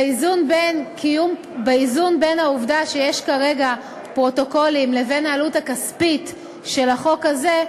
באיזון בין העובדה שיש כרגע פרוטוקולים לבין העלות הכספית של החוק הזה,